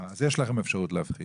אז יש לכם אפשרות להפחית.